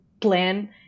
plan